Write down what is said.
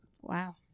Wow